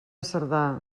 cerdà